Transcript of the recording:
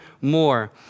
more